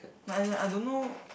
but as in I don't know